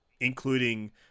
including